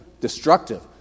destructive